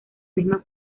misma